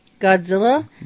Godzilla